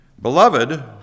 Beloved